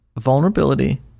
vulnerability